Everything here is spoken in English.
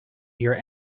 here